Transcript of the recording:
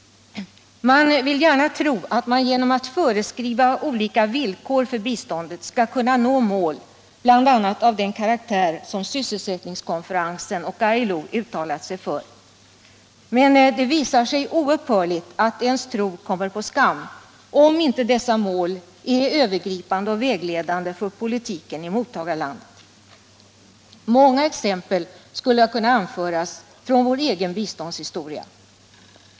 Man vill gärna tro att man genom att föreskriva olika villkor för biståndet skall kunna nå mål bl.a. av den karaktär som sysselsättningskonferensen och ILO har uttalat sig för. Men det visar sig oupphörligt att ens tro kommer på skam, om inte dessa mål är övergripande och vägledande för politiken i mottagarlandet. Många exempel skulle kunna anföras från vår egen biståndshistoria.